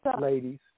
ladies